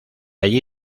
allí